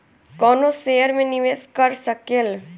कवनो शेयर मे निवेश कर सकेल